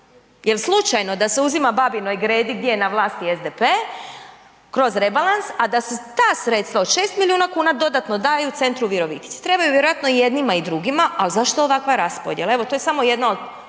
Jer slučajno da se uzima Babinoj Gredi gdje je na vlasti SDP kroz rebalans, a da se ta sredstva od 6 milijuna kuna dodatno daju centru u Virovitici. Trebaju vjerojatno jednima i drugima, ali zašto ovakva raspodjela, evo to je samo jedna od